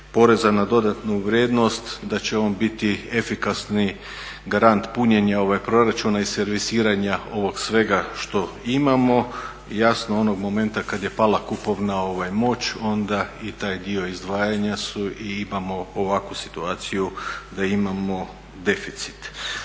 poreza na dodanu vrijednost da će on biti efikasni garant punjenja proračuna i servisiranja ovog svega što imamo. Jasno onog momenta kad je pala kupovna moć, onda i taj dio izdvajanja su i imamo ovakvu situaciju da imamo deficit.